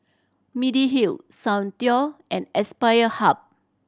Mediheal Soundteoh and Aspire Hub